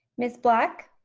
miss black?